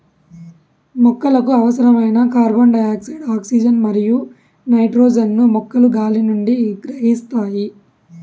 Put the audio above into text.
మొక్కలకు అవసరమైన carbon dioxide, oxygen మరియు నైట్రోజన్ ను మొక్కలు గాలి నుండి గ్రహిస్తాయి